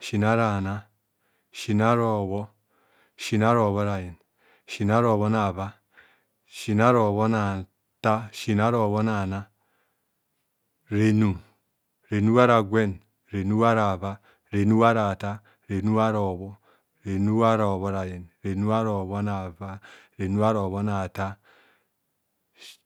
sin ara ana, sin ara obho, sin ara obhorayen, sin ara obhonava, sin ara obhona tar, sin ara obhonana, renub renub ara gwen renub ara ava renubara atar renub ara obho renub ara obhorayen renubara obhonava renub ara ibhona tar renub ara obhonana sin